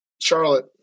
charlotte